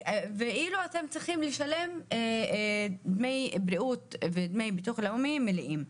ואתם צריכים לשלם דמי בריאות ודמי ביטוח לאומי מלאים.